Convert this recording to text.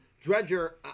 Dredger